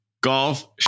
Golf